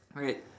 right